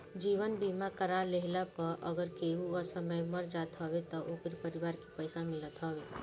जीवन बीमा करा लेहला पअ अगर केहू असमय मर जात हवे तअ ओकरी परिवार के पइसा मिलत हवे